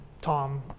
tom